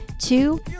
Two